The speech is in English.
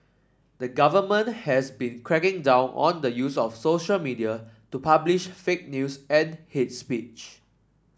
the government has been cracking down on the use of social media to publish fake news and hate speech